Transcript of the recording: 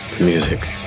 Music